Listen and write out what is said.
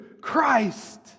Christ